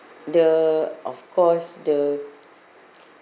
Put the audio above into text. the of course the